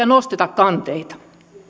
nosteta kanteita